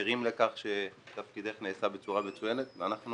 ערים לכך שתפקידך נעשה בצורה מצוינת ואנחנו